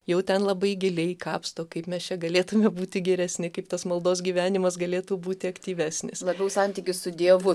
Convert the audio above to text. jau ten labai giliai kapsto kaip mes čia galėtume būti geresni kaip tas maldos gyvenimas galėtų būti aktyvesnis labiau santykis su dievu